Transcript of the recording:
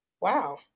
wow